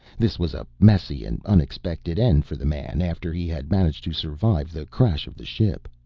this was a messy and unexpected end for the man after he had managed to survive the crash of the ship.